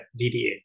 DDA